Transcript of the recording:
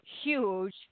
huge